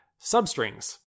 substrings